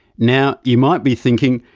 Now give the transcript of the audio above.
now you might be thinking,